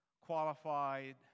qualified